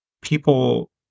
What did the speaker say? people